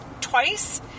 twice